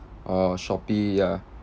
or shopee ya